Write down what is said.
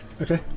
Okay